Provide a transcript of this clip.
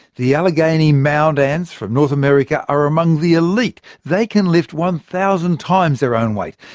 the allegheny mound ants from north america are among the elite they can lift one thousand times their own weight.